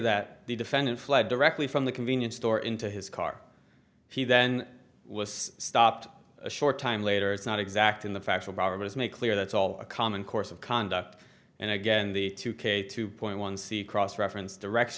that the defendant fled directly from the convenience store into his car he then was stopped a short time later is not exact in the factual progress made clear that's all a common course of conduct and again the two k two point one c cross reference directs